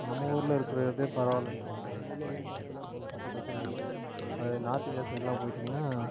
நம்ம ஊரில் இருக்கிற இதே பரவாயில்லைன்னு தோணும் நம்ம ஊரிலே வெய்ய காலத்தில் கொஞ்சம் பச்சை பசேல்னு இருக்குது அது நார்த் இந்தியா சைடெல்லாம் போய்விட்டீங்கன்னா